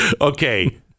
Okay